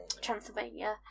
Transylvania